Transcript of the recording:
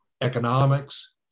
economics